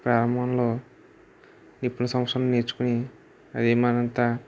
ప్రారంభంలో ఎక్కువ సంత్సరాలు నేర్చుకుని అది మరింత